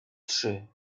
trzy